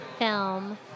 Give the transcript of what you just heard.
film